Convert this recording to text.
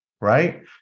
right